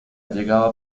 llegado